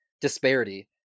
disparity